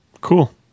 Cool